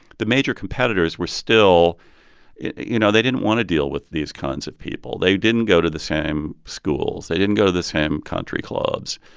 the major competitors were still you know, they didn't want to deal with these kinds of people. they didn't go to the same schools. they didn't go to the same country clubs.